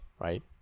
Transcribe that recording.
right